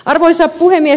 arvoisa puhemies